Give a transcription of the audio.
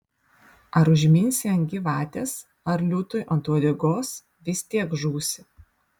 ar užminsi ant gyvatės ar liūtui ant uodegos vis tiek žūsi